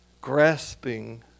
grasping